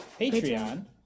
Patreon